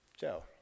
Joe